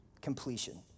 Completion